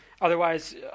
otherwise